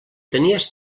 tenies